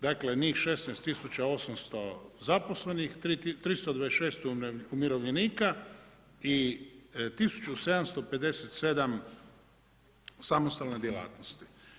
Dakle, njih 16800 zaposlenih, 326 umirovljenika i 1757 samostalne djelatnosti.